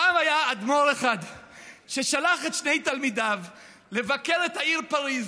פעם היה אדמו"ר אחד ששלח את שני תלמידיו לבקר בעיר פריז.